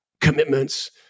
commitments